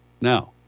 Now